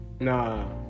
Nah